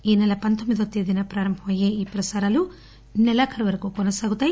ఈ నెల పందోమ్మిదవ తేదీన ప్రారంభమయ్యే ఈ ప్రసారాలు సెలాఖరు వరకూ కొనసాగుతాయి